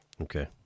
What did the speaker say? Okay